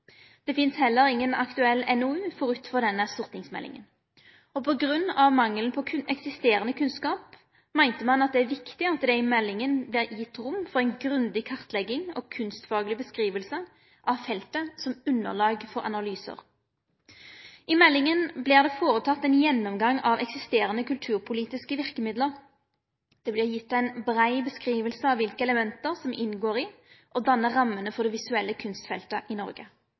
Det finst heller inga aktuell NOU forut for denne stortingsmeldinga. På grunn av mangelen på eksisterande kunnskap meinte ein det er viktig at det i meldinga vart gitt rom for ei grundig kartlegging av kunstfagleg beskriving av feltet som underlag for analyser. I meldinga vert det føreteke ein gjennomgang av eksisterande kulturpolitiske verkemidlar. Det vert gitt ei brei beskriving av kva element som inngår i og dannar rammene for det visuelle kunstfeltet i Noreg.